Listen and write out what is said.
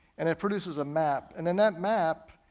and it produces a map, and and that map